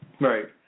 Right